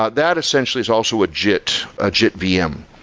ah that essentially is also a jit, a jit vm.